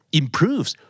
improves